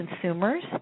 consumers